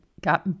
got